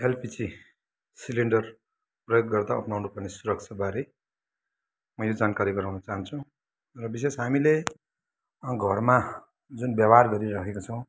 LPG cylinder प्रयोग गर्दा अप्नाउन पर्ने सुरक्षाबारे मैले यो जानकारी गराउन चहान्छु र विशेष हामीले घरमा जुन व्यवहार गरिराखेका छौँ